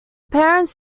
parents